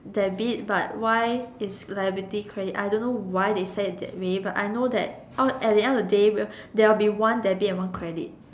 debit but why is liability credit I don't know they set it that way but I know that at the end of the day there will be one debit and one credit